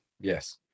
Yes